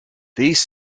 these